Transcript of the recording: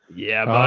yeah.